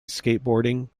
skateboarding